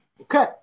Okay